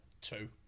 Two